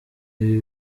ibi